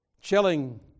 Chilling